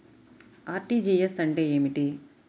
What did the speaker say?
RTGS అంటే ఏమిటి?